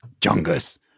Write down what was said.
Jungus